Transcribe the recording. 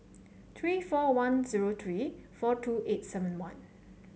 three four one zero three four two eight seven one